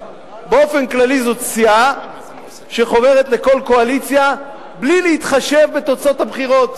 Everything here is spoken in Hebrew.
באופן כללי זאת סיעה שחוברת לכל קואליציה בלי להתחשב בתוצאות הבחירות,